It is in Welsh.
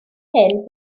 hyn